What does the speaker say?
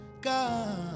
God